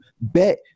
bet